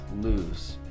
lose